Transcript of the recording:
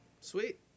Sweet